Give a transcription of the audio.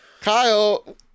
Kyle